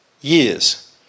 years